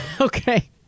Okay